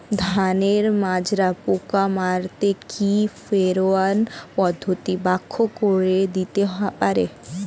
ধানের মাজরা পোকা মারতে কি ফেরোয়ান পদ্ধতি ব্যাখ্যা করে দিতে পারে?